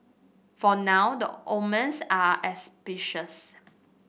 for now the omens are auspicious